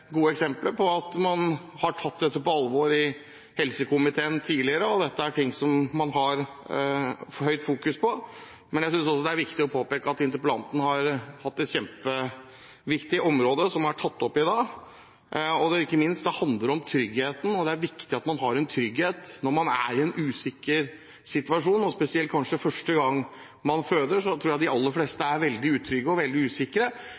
gode eksempler på at man har tatt dette på alvor i helse- og omsorgskomiteen tidligere, og at dette er ting man har fokusert mye på. Jeg synes også det er viktig å påpeke at interpellanten har tatt opp et kjempeviktig område i dag. Ikke minst handler det om tryggheten, det er viktig med trygghet når man er i en usikker situasjon. Spesielt kanskje første gang man føder, tror jeg de aller fleste er veldig utrygge og usikre.